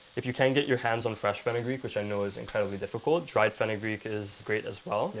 if you can get your hands on fresh fenugreek which i know is and kind of highly difficult dried fenugreek is great as well. yeah